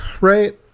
right